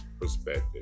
perspective